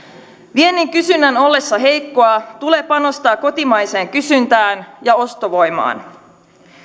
viennin kysynnän ollessa heikkoa tulee panostaa kotimaiseen kysyntään ja ostovoimaan